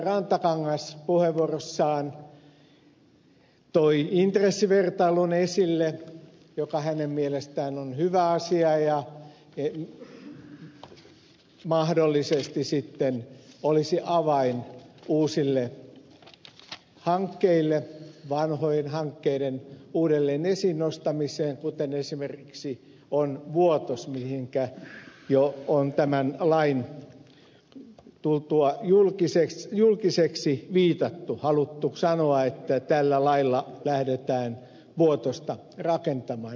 rantakangas puheenvuorossaan toi intressivertailun esille joka hänen mielestään on hyvä asia ja mahdollisesti sitten olisi avain uusille hankkeille vanhojen hankkeiden uudelleen esiin nostamiseen kuten esimerkiksi on vuotos mihinkä jo on tämän lain tultua julkiseksi viitattu haluttu sanoa että tällä lailla lähdetään vuotosta rakentamaan